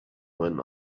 went